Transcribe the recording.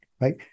right